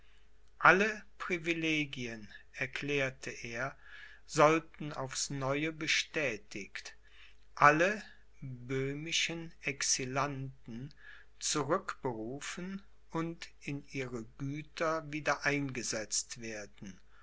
alle privilegien erklärte er sollten aufs neue bestätigt alle böhmischen exulanten zurückberufen und in ihre güter wieder eingesetzt werden